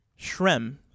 Shrem